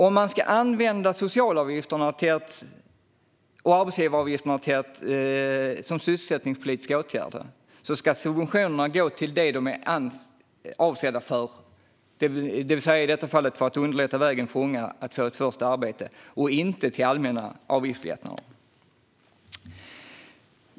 Om socialavgifterna och arbetsgivaravgifterna ska användas som sysselsättningspolitiska åtgärder ska subventionerna gå till det de är avsedda för, i det här fallet för att underlätta för unga att få ett första arbete - inte till allmänna avgiftslättnader.